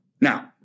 Now